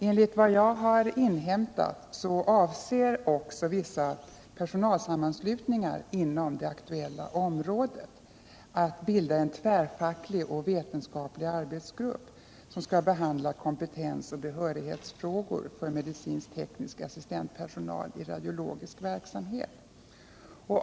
Enligt vad jag har inhämtat avser också vissa personalsammanslutningar inom det aktuella området att bilda en tvärfacklig och vetenskaplig arbetsgrupp som skall behandla kompetensoch behörighetsfrågor för medicinsk-teknisk assistentpersonal i radiologisk verksamhet.